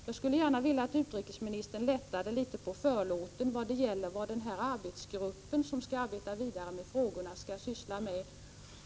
Jag skulle gärna vilja att utrikesministern lättade litet på förlåten och talade om vad den arbetsgrupp som skall arbeta vidare med frågorna skall syssla med.